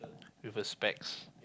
with a specs